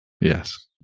Yes